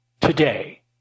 Today